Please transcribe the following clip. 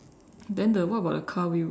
then the what about the car wheel